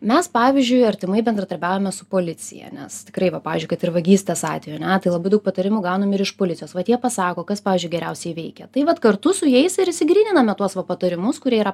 mes pavyzdžiui artimai bendradarbiaujame su policija nes tikrai va pavyzdžiui kad ir vagystės atveju ane tai labai daug patarimų gaunam ir iš policijos vat jie pasako kas pavyzdžiui geriausiai veikia tai vat kartu su jais ir išsigryniname tuos va patarimus kurie yra